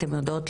אתן יודעות,